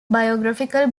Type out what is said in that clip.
biographical